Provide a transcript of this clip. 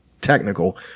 technical